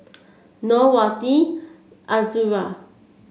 Nor Wati Azura